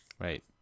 Right